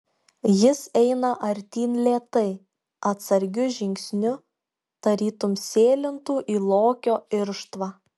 jis eina artyn lėtai atsargiu žingsniu tarytum sėlintų į lokio irštvą